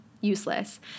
useless